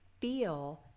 feel